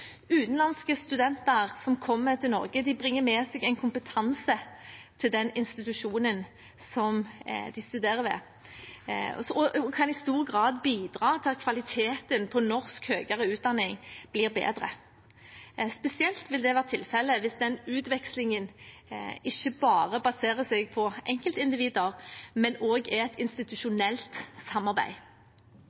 Utenlandske studenter som kommer til Norge, bringer med seg en kompetanse til den institusjonen som de studerer ved, og kan i stor grad bidra til at kvaliteten på norsk høyere utdanning blir bedre. Spesielt vil det være tilfellet hvis den utvekslingen ikke bare baserer seg på enkeltindivider, men også er et institusjonelt samarbeid.